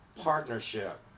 partnership